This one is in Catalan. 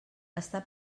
està